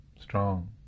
strong